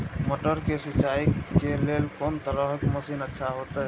मटर के सिंचाई के लेल कोन तरह के मशीन अच्छा होते?